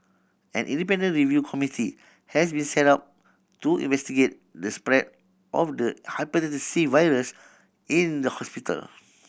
an independent review committee has been set up to investigate the spread of the Hepatitis C virus in the hospital